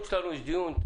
יש דיון,